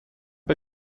bei